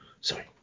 Sorry